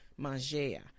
mangea